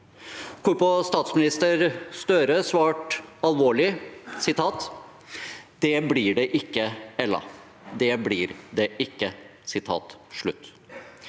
dager!» Statsminister Støre svarte alvorlig: «Det blir det ikke, Ella.